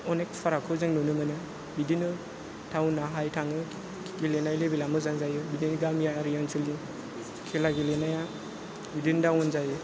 अनेक फारागखौ जों नुनो मोनो बिदिनो टाउनना हाइ थाङो गेलेनाय लेभेला मोजां जायो बिदिनो गामियारि ओनसोलनि खेला गेलेनाया बिदिनो दाउन जायो